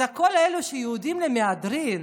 אז כל אלו שיהודים למהדרין,